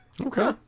okay